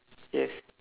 yes